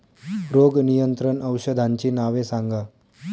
रोग नियंत्रण औषधांची नावे सांगा?